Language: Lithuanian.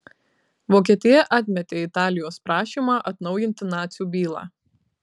vokietija atmetė italijos prašymą atnaujinti nacių bylą